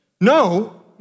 No